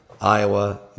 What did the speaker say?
Iowa